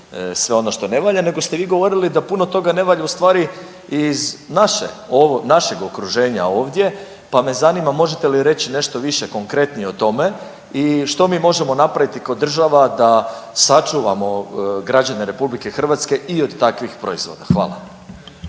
sve ono što ne valja, nego ste vi govorili da puno toga ne valja u stvari iz naše, našeg okruženja ovdje pa me zanima možete li reći nešto više konkretnije o tome i što mi možemo napraviti kao država da sačuvamo građane RH i od takvih proizvoda. Hvala.